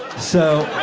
so.